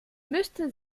müsste